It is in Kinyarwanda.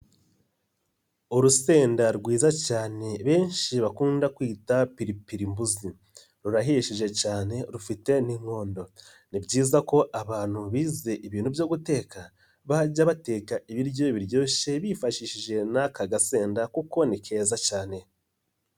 Urusenda rwiza cyane benshi bakunda kwita piripirimbuzi rurahishije cyane rufite n'inkondo, ni byiza ko abantu bize ibintu byo guteka bajya bateka ibiryo biryoshye bifashishije n'aka gasenda kuko ni keza cyane.